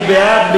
מי בעד?